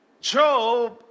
Job